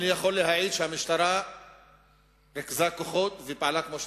אני יכול להעיד שהמשטרה ריכזה כוחות ופעלה כמו שצריך.